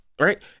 right